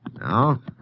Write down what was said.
No